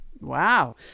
Wow